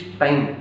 time